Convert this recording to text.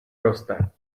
roste